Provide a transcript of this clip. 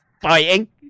fighting